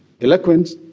eloquence